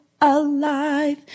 alive